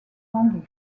vendus